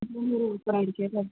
മൂന്ന് വരെ ഓപ്പണായിരിക്കുമല്ലേ